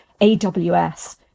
AWS